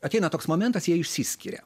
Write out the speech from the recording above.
ateina toks momentas jie išsiskiria